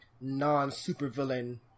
non-supervillain